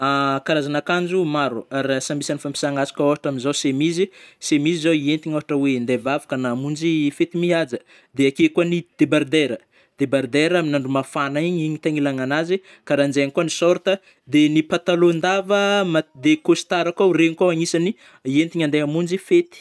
Karazagna akanjo maro, ra samby isagny fampisagna azy koa ôhatra amzao semizy - semizy zao entigny ôhatra oe andeh hivavaka na amonjy fety mihaja, de akeo koa ny debardera - debardera amin'ny andro mafana igny- igny tegna ilàgna karanjegny koa ny short a de ny patalohandava ma de costard koa regny koa agnisagny entigny andeh hamonjy fety.